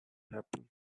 happen